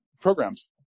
programs